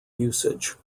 usage